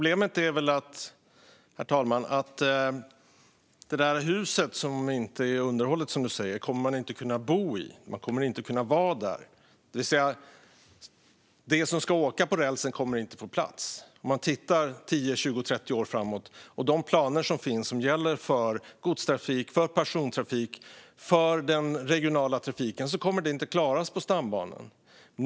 Herr talman! Problemet är att man inte kommer att kunna bo i det där huset, som Maria Stockhaus nämner och som inte underhållits. Man kommer inte att kunna vara där; de som ska åka på rälsen kommer inte att få plats. Det ser man om man tittar 10, 20, 30 år framåt. De planer som finns för godstrafik, persontrafik och regional trafik kommer man inte att klara på befintliga stambanor.